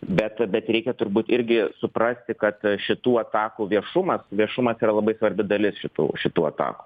bet bet reikia turbūt irgi suprasti kad šitų atakų viešumas viešumas yra labai svarbi dalis šitų šitų atakų